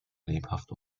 lebhaft